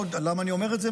למה אני אומר את זה?